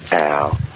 ow